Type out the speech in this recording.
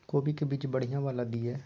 कोबी के बीज बढ़ीया वाला दिय?